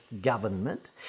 government